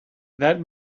that